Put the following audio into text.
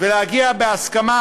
ולהגיע בהסכמה,